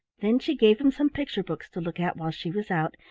then she gave him some picture-books to look at while she was out,